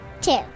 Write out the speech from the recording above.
Two